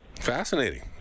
Fascinating